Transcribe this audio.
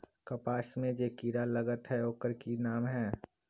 कपास में जे किरा लागत है ओकर कि नाम है?